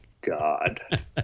God